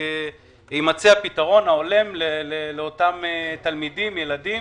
שיימצא פתרון הולם לאותם תלמידים וילדים,